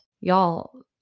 y'all